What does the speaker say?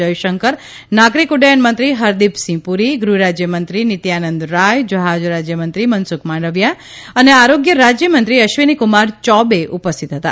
જયશંકર નાગરીક ઉડ્ડયનમંત્રી હરદીપસિંહ પૂરી ગૃહરાજ્યમંત્રી નિત્યાનંદરાય જહાજ રાજ્યમંત્રી મનસુખ માંડવીયા અને આરોગ્ય રાજ્યમંત્રી અશ્રવીનીકુમાર યૌબે ઉપસ્થિત હતા